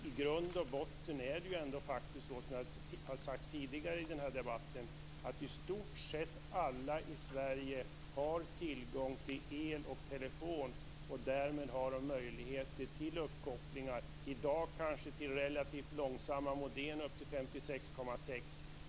I grund och botten är det ju faktiskt ändå så som jag har sagt tidigare i den här debatten att i stort sett alla i Sverige har tillgång till el och telefon. Därmed har de möjligheter till uppkopplingar - i dag kanske med relativt långsamma modem upp till 56,6.